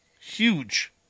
huge